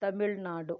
Tamil Nadu